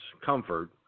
Comfort